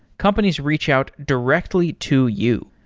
companies reach out directly to you.